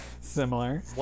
similar